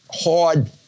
hard